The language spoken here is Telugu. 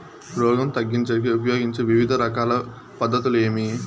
రోగం తగ్గించేకి ఉపయోగించే వివిధ రకాల పద్ధతులు ఏమి?